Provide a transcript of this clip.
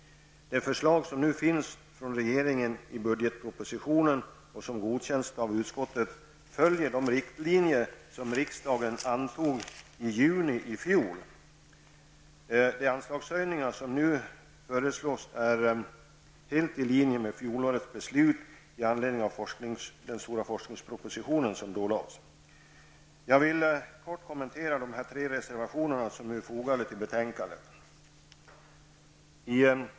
Det förslag som regeringen lade fram i budgetpropostionen och som nu godkändes av utskottet, följer de riktlinjer som riksdagen antog i juni i fjol. De anslagshöjningar som nu föreslås är helt i linje med fjolårets beslut med anledning av den stora forskningsproposition som då lades fram. Jag vill kortfattat kommentera de tre reservationer som är fogade till betänkandet.